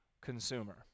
consumer